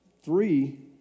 Three